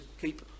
keep